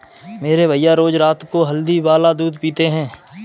मेरे भैया रोज रात को हल्दी वाला दूध पीते हैं